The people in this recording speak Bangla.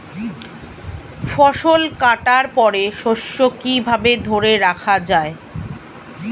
ফসল কাটার পর শস্য কিভাবে ধরে রাখা য়ায়?